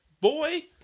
Boy